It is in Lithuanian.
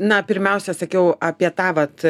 na pirmiausia sakiau apie tą vat